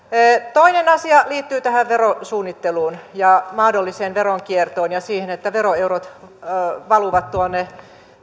toinen asia liittyy tähän verosuunnitteluun ja mahdolliseen veronkiertoon ja siihen että veroeurot valuvat tuonne